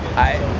i,